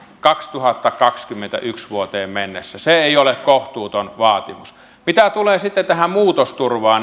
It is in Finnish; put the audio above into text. kaksituhattakaksikymmentäyksi mennessä se ei ole kohtuuton vaatimus mitä tulee sitten tähän muutosturvaan